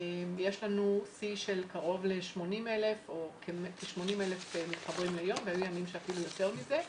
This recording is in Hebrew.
יש שיא של קרוב ל-80,000 מתחברים ליום והיו ימים שאפילו יותר מכך.